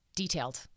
Detailed